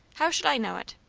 how should i know it?